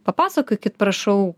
papasakokit prašau